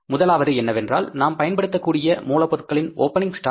முதலாவது என்னவென்றால் நாம் பயன்படுத்தக்கூடிய மூலப்பொருட்களின் ஒபெநிங் ஷ்டாக்